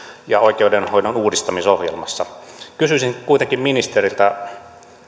ja oikeudenhoidon uudistamisohjelmassa hyvin esitetty kysyisin kuitenkin ministeriltä